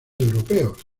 europeos